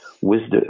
wisdom